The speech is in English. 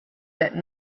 that